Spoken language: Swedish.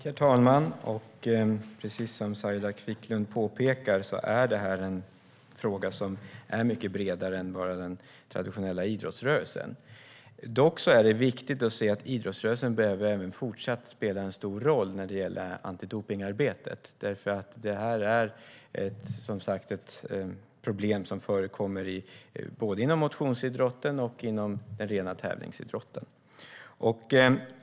Herr talman! Precis som Saila Quicklund påpekar är detta en fråga som är mycket bredare än att bara gälla den traditionella idrottsrörelsen. Det är dock viktigt att se att idrottsrörelsen även i fortsättningen behöver spela en stor roll för antidopningsarbetet. Det här är ett problem som förekommer både inom motionsidrotten och inom den rena tävlingsidrotten.